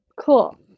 Cool